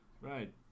right